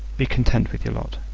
be content with your lot.